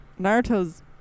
Naruto's